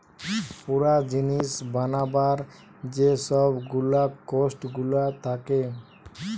পুরা জিনিস বানাবার যে সব গুলা কোস্ট গুলা থাকে